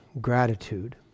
gratitude